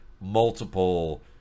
multiple